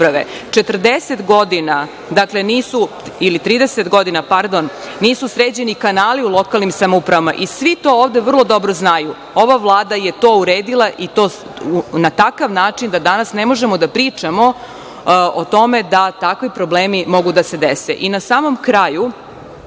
godina ili 30 godina, pardon, nisu sređeni kanali u lokalnim samoupravama i svi to ovde vrlo dobro znaju. Ova Vlada je to uredila i to na takav način da danas ne možemo da pričamo o tome da takvi problemi mogu da se dese. Na samom kraju,